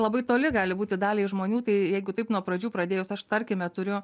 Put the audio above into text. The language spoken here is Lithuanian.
labai toli gali būti daliai žmonių tai jeigu taip nuo pradžių pradėjus aš tarkime turiu